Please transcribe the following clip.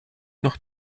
noch